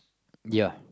ya